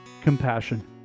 compassion